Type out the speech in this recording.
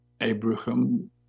Abraham